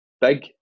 big